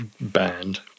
band